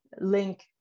link